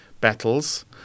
battles